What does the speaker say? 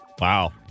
Wow